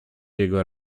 jego